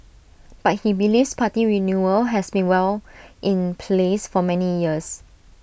but he believes party renewal has been well in place for many years